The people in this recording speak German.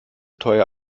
teuer